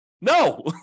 No